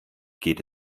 geht